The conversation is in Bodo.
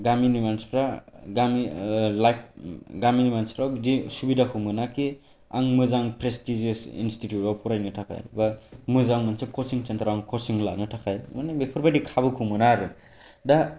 गामिनि मानसिफ्रा गावनि लाइफ गामिनि मानसिफ्रा बिदि सुबुधाखौ मोना खि आं मोजां प्रेस्टिजियास इन्सटिटिउट आव फरायनो थाखाय बा मोजां मोनसे कचिं सेन्टाराव कचिं लानो थाखाय माने बेफोरबादि खाबुखौ मोना आरो दा